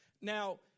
Now